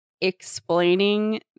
explaining